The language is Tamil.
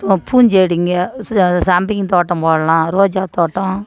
பூச்செடிங்க சம்பங்கி தோட்டம் போடலாம் ரோஜா தோட்டம்